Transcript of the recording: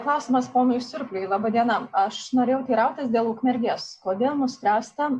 klausimas ponui surpliui laba diena aš norėjau teirautis dėl ukmergės kodėl nuspręsta